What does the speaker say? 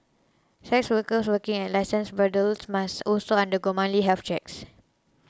sex workers working at licensed brothels must also undergo monthly health checks